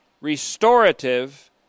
restorative